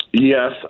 Yes